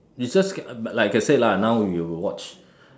is just get but like I said lah now you watch